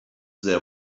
they